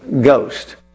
Ghost